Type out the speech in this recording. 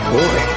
Boy